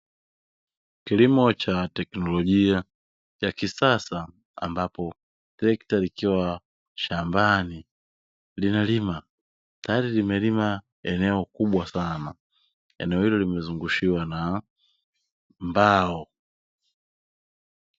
Kilimo cha teknolojia ya kisasa ambapo trekta likiwa shambani linalima, tayari limelima eneo kubwa sana eneo hilo limezungushiwa na mbao.